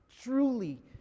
truly